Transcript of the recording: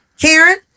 Karen